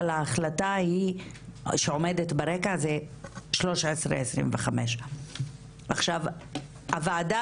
אבל ההחלטה שעומדת ברקע היא 1325. הוועדה